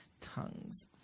tongues